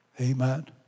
Amen